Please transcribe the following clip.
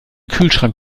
kühlschrank